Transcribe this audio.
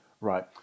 right